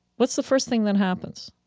what's the first thing that happens?